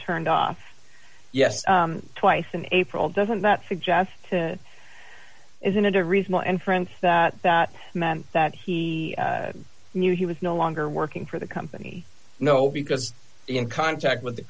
turned off yes twice in april doesn't that suggest isn't it a reason and friend that that man that he knew he was no longer working for the company no because in contact with the